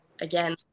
again